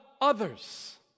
others